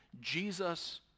Jesus